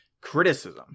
criticism